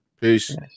peace